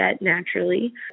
naturally